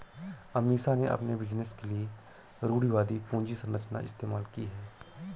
अमीषा ने अपने बिजनेस के लिए रूढ़िवादी पूंजी संरचना इस्तेमाल की है